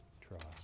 trust